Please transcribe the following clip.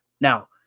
now